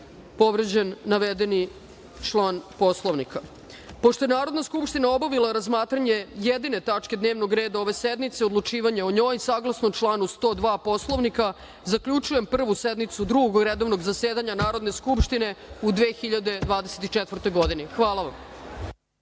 povređen navedeni član Poslovnika. Pošto je Narodna skupština obavila razmatranje jedine tačke dnevnog reda ove sednice i odlučivanje o njoj, saglasno članu 102. Poslovnika, zaključujem Prvu sednicu Drugog redovnog zasedanja Narodne skupštine Republike Srbije u 2024. godini. Hvala vam.